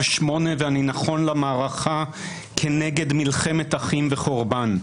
8 ואני נכון למערכה כנגד מלחמת אחים וחורבן.